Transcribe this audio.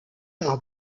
par